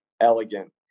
elegant